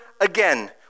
again